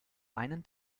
einen